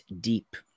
deep